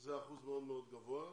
שזה אחוז מאוד מאוד גבוה,